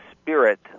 Spirit